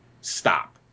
stop